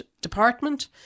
department